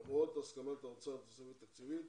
למרות הסכמת האוצר בסוגיה התקציבית,